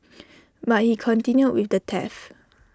but he continued with the theft